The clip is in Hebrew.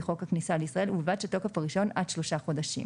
חוק הכניסה לישראל ובלבד שתוקף הרישיון עד שלושה חודשים".